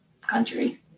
country